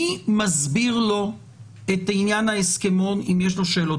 מי מסביר לו את עניין ההסכמון אם יש לו שאלות.